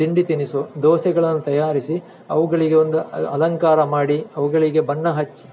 ತಿಂಡಿ ತಿನಿಸು ದೋಸೆಗಳನ್ನು ತಯಾರಿಸಿ ಅವುಗಳಿಗೆ ಒಂದು ಅಲಂಕಾರ ಮಾಡಿ ಅವುಗಳಿಗೆ ಬಣ್ಣ ಹಚ್ಚಿ